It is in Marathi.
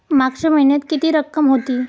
मागच्या महिन्यात किती रक्कम होती?